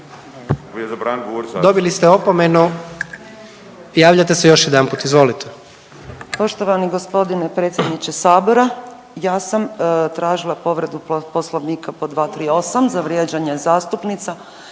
Dobili ste opomenu. Javljate se još jedanput, izvolite.